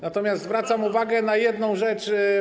Natomiast zwracam uwagę na jedną rzecz.